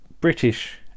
British